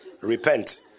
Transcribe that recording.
Repent